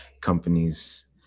companies